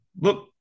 look